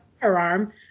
firearm